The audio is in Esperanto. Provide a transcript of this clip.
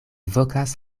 vokas